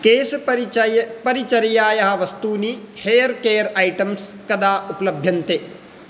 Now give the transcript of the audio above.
केशपरिचर्यायाः वस्तूनि hair care items कदा उपलभ्यन्ते